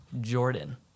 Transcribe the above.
Jordan